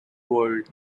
world